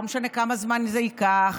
לא משנה כמה זמן זה ייקח,